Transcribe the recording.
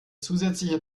zusätzliche